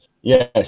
Yes